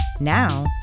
Now